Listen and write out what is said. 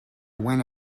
went